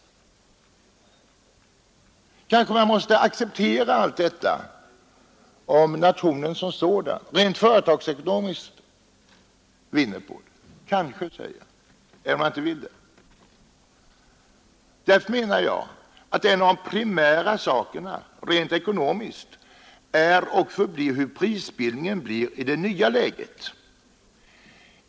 Man kanske måste acceptera detta om nationen som sådan rent företagsekonomiskt vinner på det — jag säger ”kanske” — även om jag inte helt vill acceptera det. Därför menar jag att en av de primära frågorna rent ekonomiskt är och förblir hur prisbildningen blir i det nya läget.